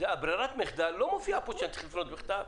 ברירת המחדל לא מופיעה פה שאני צריך לפנות בכתב.